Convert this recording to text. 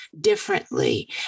differently